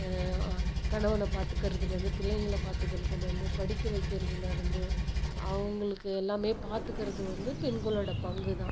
கணவனை பார்த்துக்கறதுலருந்து பிள்ளைங்களை பார்த்துக்கறதுலேந்து படிக்க வைக்கிறதுலேருந்து அவங்களுக்கு எல்லாமே பார்த்துக்குறது வந்து பெண்களோடய பங்கு தான்